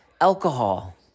alcohol